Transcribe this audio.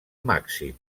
màxim